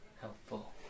helpful